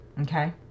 Okay